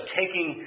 taking